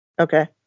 Okay